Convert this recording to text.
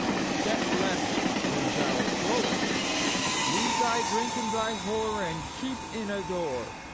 set less than thou throwest leave thy drink and thy whore, and keep in-a-door,